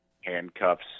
handcuffs